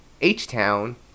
H-Town